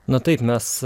na taip mes